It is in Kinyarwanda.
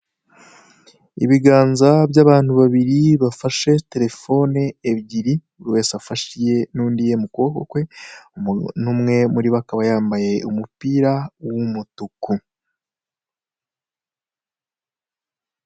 Ibiganza by'abantu babiri bafashe telefone ebyiri, buri wese afashe iye n'undi afashe iye mu kuboko kwe, umuntu umwe muri bo akaba yambaye umupira w'umutuku.